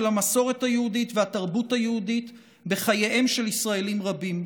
המסורת היהודית והתרבות היהודית בחייהם של ישראלים רבים.